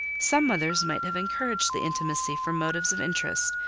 some mothers might have encouraged the intimacy from motives of interest,